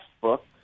book